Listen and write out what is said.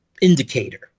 indicator